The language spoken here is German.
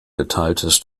geteiltes